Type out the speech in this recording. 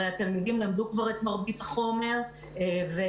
הרי התלמידים למדו כבר את מרבית החומר ויכול